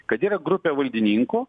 kad yra grupė valdininkų